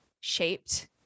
shaped